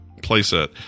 playset